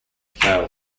fail